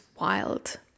wild